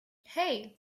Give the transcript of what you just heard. hey